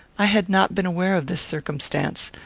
i had not been aware of this circumstance.